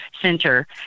center